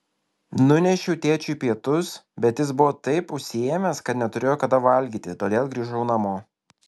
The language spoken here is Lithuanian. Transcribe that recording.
nunešiau tėčiui pietus bet jis buvo taip užsiėmęs kad neturėjo kada valgyti todėl grįžau namo